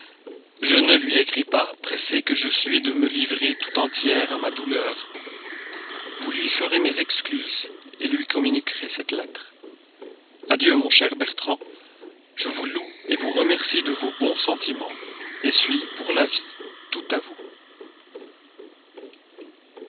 je ne lui écris pas pressée que je suis de me livrer tout entière à ma douleur vous lui ferez mes excuses lui communiquerez cette lettre adieu mon cher bertrand je vous loue vous remercie de vos bons sentiments suis pour la vie toute à vous